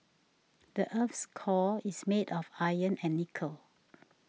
the earth's core is made of iron and nickel